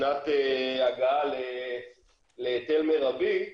שנת הגעה להיטל מרבי,